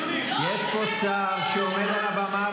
יש פה שר שעומד על הבימה,